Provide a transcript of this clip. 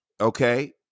okay